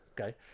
Okay